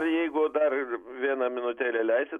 jeigu dar vieną minutėlę leisit